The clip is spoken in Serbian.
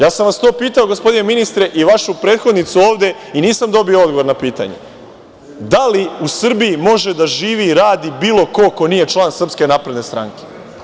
Ja sam vas to pitao, gospodine ministre, i vašu prethodnicu ovde i nisam dobio odgovor na pitanje da li u Srbiji može da živi i radi bilo ko ko nije član SNS?